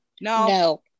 no